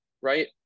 Right